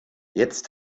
jetzt